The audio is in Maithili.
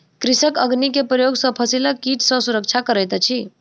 कृषक अग्नि के प्रयोग सॅ फसिलक कीट सॅ सुरक्षा करैत अछि